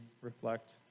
reflect